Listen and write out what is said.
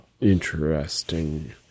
Interesting